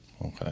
Okay